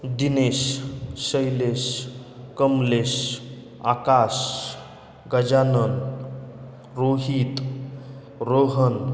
Dinesh Shailesh Kamlesh Akash Gajanan Rohit Rohan